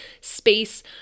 space